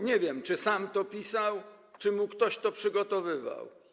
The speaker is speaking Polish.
Nie wiem, czy sam to pisał, czy ktoś mu to przygotowywał.